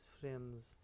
friends